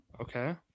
okay